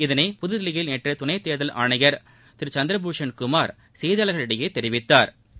இதனை புதுதில்லியில் நேற்று துணைத் தேர்தல் ஆணையர் திரு சந்திர பூஷன் குமார் செய்தியாளர்களிடையே தெரிவித்தாா்